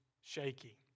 shaky